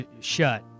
shut